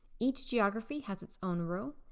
each geography has its own row,